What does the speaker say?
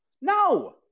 No